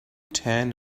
tan